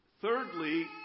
Thirdly